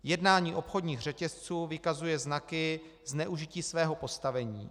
Jednání obchodních řetězců vykazuje znaky zneužití svého postavení.